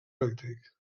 elèctric